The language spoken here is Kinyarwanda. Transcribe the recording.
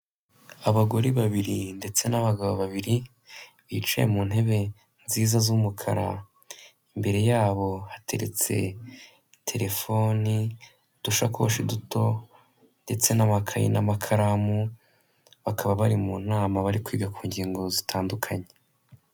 Abagore babiri, ndetse n'abagabo babiri, bicaye mu ntebe nziza z'umukara, imbere yabo hateretse telefoni, udushakoshi duto, ndetse n'amakayi n'amakaramu, bakaba bari mu nama bari kwiga ku ngingo zitandukanye.